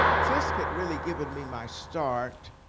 fisk had really given me my start